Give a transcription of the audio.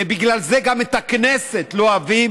ובגלל זה גם את הכנסת לא אוהבים,